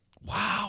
Wow